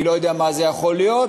אני לא יודע מה זה יכול להיות,